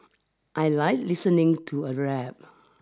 I like listening to a rap